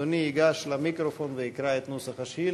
אדוני ייגש למיקרופון ויקרא את נוסח השאילתה,